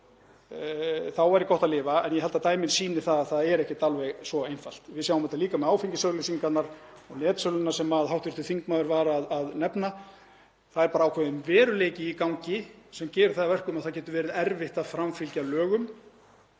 þá væri gott að lifa en ég held að dæmin sýni að það er ekki alveg svo einfalt. Við sjáum þetta líka með áfengisauglýsingarnar og netsöluna sem hv. þingmaður var að nefna. Það er bara ákveðinn veruleiki í gangi sem gerir það að verkum að það getur verið erfitt að framfylgja lögum